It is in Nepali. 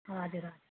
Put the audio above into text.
हजुर हजुर